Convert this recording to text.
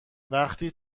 وقتی